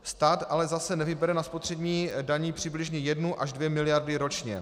Stát ale zase nevybere na spotřební dani přibližně jednu až dvě miliardy ročně.